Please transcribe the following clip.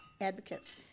advocates